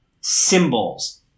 symbols